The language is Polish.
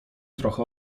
trochę